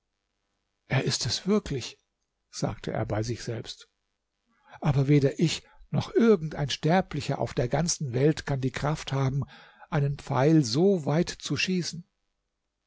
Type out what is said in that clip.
er ist es wirklich sagte er bei sich selbst aber weder ich noch irgend ein sterblicher auf der ganzen welt kann die kraft haben einen pfeil so weit zu schießen